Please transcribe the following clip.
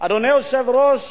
אדוני היושב-ראש,